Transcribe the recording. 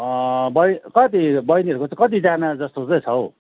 बै कति बहिनीहरूको चाहिँ कतिजना जस्तो चाहिँ छ हौ